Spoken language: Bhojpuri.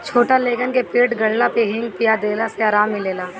छोट लइकन के पेट गड़ला पे हिंग पिया देला से आराम मिलेला